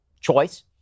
choice